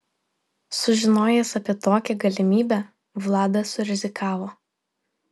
sužinojęs apie tokią galimybę vladas surizikavo